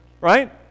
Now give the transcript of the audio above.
right